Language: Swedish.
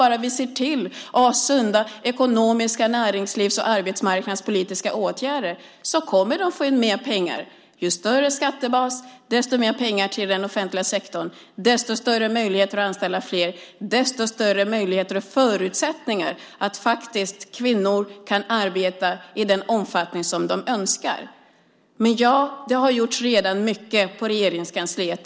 Bara vi ser till att ha sunda ekonomiska näringslivs och arbetsmarknadspolitiska åtgärder kommer kommuner och landsting få in mer pengar och kan anställa dessa människor - för ju större skattebas desto mer pengar till den offentliga sektorn, desto större möjlighet att anställa fler och desto större möjligheter och förutsättningar för kvinnor att faktiskt arbeta i den omfattning som de önskar. Det har redan gjorts mycket på Regeringskansliet.